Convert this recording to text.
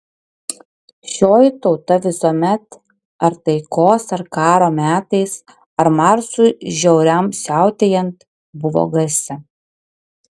šioji tauta visuomet ar taikos ar karo metais ar marsui žiauriam siautėjant buvo garsi